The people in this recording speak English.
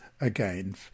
again